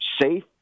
safe